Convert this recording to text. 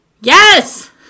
Yes